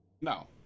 No